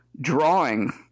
drawing